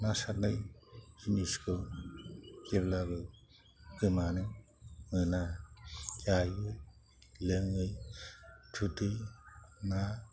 ना सारनाय जिनिसखौ जेब्लाबो गोमानो मोना जायै लोङै थुदो ना